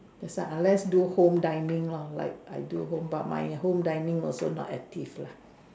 that unless do home dining long like I do home by my home dining also not active lah